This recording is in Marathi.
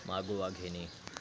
मागोवा घेणे